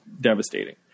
devastating